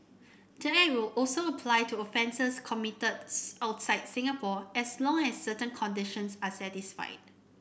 the act will also apply to offences committed outside Singapore as long as certain conditions are satisfied